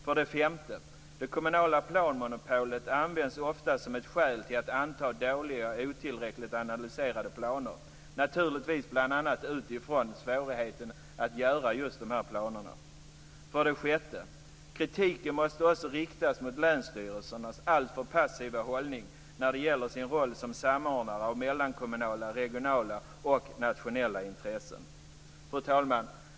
För det femte: Det kommunala planmonopolet används ofta som ett skäl för att anta dåliga otillräckligt analyserade planer, naturligtvis bl.a. utifrån svårigheten att göra just dessa planer. För det sjätte: Kritiken måste också riktas mot länsstyrelsernas alltför passiva hållning när det gäller deras roll som samordnare av mellankommunala, regionala och nationella intressen. Fru talman!